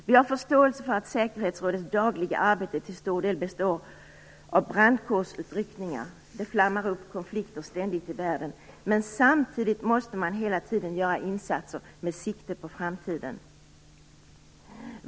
Vi har förståelse för att säkerhetsrådets dagliga arbete till stor del består av brandkårsutryckningar. Det flammar ständigt upp konflikter i världen, men samtidigt måste man hela tiden göra insatser med sikte på framtiden.